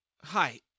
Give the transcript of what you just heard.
Hi